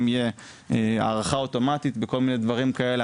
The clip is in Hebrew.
אם יהיה הערכה אוטומטית בכל מיני דברים כאלה.